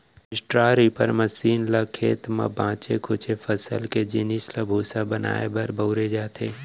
straw reaper machine ल खेत म बाचे खुचे फसल के जिनिस ल भूसा बनाए बर बउरे जाथे